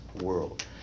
world